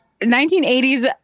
1980s